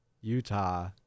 Utah